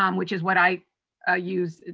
um which is what i ah use,